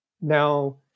now